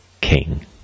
King